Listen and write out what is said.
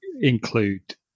include